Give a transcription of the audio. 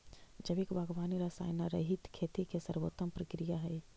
जैविक बागवानी रसायनरहित खेती के सर्वोत्तम प्रक्रिया हइ